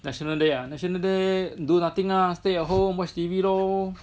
National Day ah National Day do nothing lah stay at home watch T_V lor